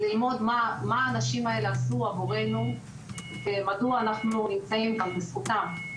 ללמוד מה האנשים האלה עשו עבורנו ומדוע אנחנו נמצאים כאן בזכותם.